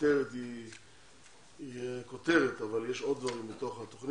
הכותרת היא כותרת, אבל יש עוד דברים בתוך התוכנית.